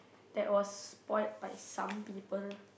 that was what are some people